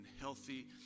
healthy